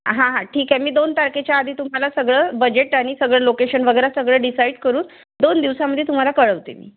हां हां ठीक आहे मी दोन तारखेच्या आधी तुम्हाला सगळं बजेट आणि सगळं लोकेशन वगैरे सगळं डिसाईड करून दोन दिवसामध्ये तुम्हाला कळवते मी